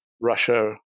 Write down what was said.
Russia